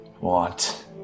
want